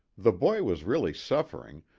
the boy was really suffering,